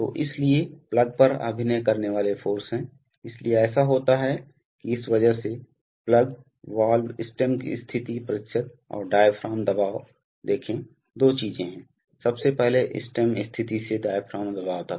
तो इसलिए प्लग पर अभिनय करने वाले फ़ोर्स हैं इसलिए ऐसा होता है कि इस वजह से प्लग वाल्व स्टेम स्थिति प्रतिशत और डायाफ्राम दबाव देखे दो चीजें हैं सबसे पहले स्टेम स्थिति से डायाफ्राम दबाव तक